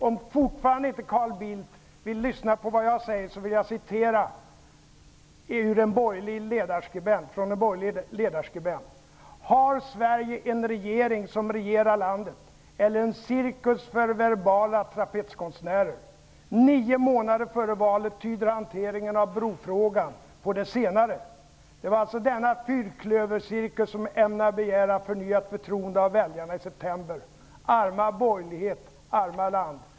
Om Carl Bildt fortfarande inte vill lyssna på vad jag säger, vill jag återge vad en borgerlig ledarskribent skrev: Har Sverige en regering som regerar landet eller en cirkus för verbala trapetskonstnärer? Nio månader före valet tyder hanteringen av brofrågan på det senare. Det är alltså denna fyrklövercirkus som ämnar begära förnyat förtroende av väljarna i september. Arma borgerlighet. Arma land.